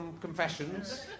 Confessions